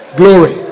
glory